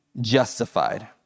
justified